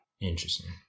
Interesting